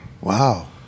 Wow